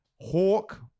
Hawk